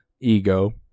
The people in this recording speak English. ego